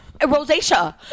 rosacea